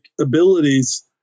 abilities